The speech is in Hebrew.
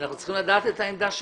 אנחנו צריכים לדעת את העמדה שלכם.